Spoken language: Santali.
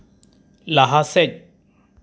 ᱞᱟᱦᱟ ᱥᱮᱫ